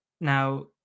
Now